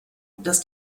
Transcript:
dass